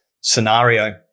scenario